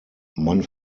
man